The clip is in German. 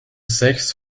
sechs